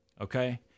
Okay